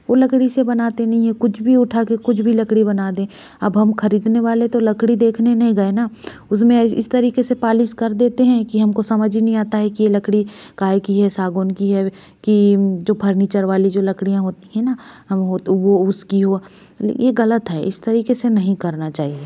उन लकड़ी से बनाते नहीं हैं कुछ भी उठा कर कुछ भी लकड़ी बना दें अब हम ख़रीदने वाले तो लकड़ी देखने नहीं गए न उसमें इस इस तरीके से पालिश कर देते हैं कि हमको समझ ही नहीं आता है कि यह लकड़ी काहे की है सागौन की है कि जो फर्नीचर वाली जो लकड़ियाँ होती हैं न हम हो तो वह उसकी वह यह गलत है इस तरीके से नहीं करना चाहिए